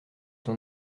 ton